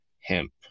hemp